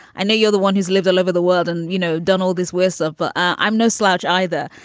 i know you're the one who's lived all over the world and, you know, done all this wiss of but i'm no slouch either.